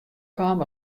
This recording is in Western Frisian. kaam